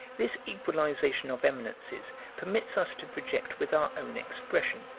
this equalization of eminences permits us to project with our own expression,